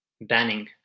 banning